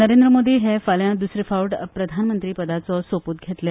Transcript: नरेंद्र मोदी हे फाल्यां दुसरे फावटी प्रधानमंत्रीपदाचो सोपूत घेतले